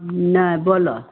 नहि बोलऽ